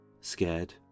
scared